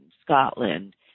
Scotland